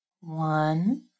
One